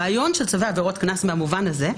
הרעיון של צווי עבירות קנס במובן הזה,